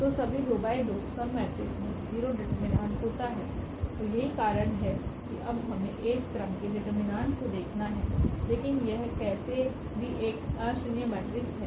तो सभी2 × 2सबमेट्रिक्स में 0 डिटरमिनेंट होता है और यही कारण है कि अब हमें 1 क्रम के डिटरमिनेंट को देखना है लेकिन यह कैसे भी एक अशून्य मेट्रिक्स है